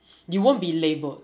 you won't be labelled